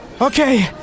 Okay